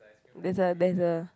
that's a that's a